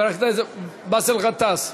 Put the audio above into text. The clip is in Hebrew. חבר הכנסת באסל גטאס,